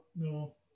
no